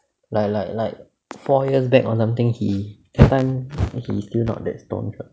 like like like four years back or something he that time he still not that staunch [what]